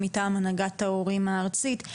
מטעם הנהגת ההורים הארצית.